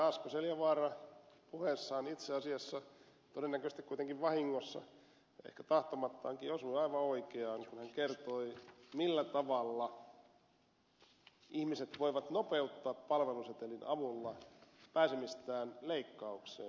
asko seljavaara puheessaan itse asiassa todennäköisesti kuitenkin vahingossa ja ehkä tahtomattaankin osui aivan oikeaan kun hän kertoi millä tavalla ihmiset voivat nopeuttaa palvelusetelin avulla pääsemistään leikkaukseen